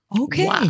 Okay